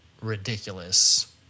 ridiculous